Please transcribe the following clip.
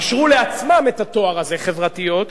קשרו לעצמן את התואר הזה, חברתיות,